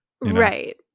right